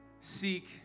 Seek